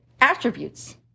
attributes